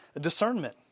discernment